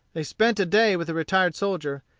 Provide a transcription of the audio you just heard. they spent a day with the retired soldier,